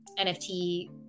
NFT